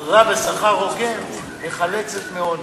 עבודה בשכר הוגן מחלצת מעוני.